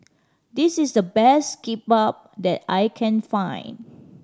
this is the best Kimbap that I can find